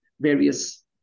various